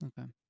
Okay